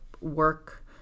work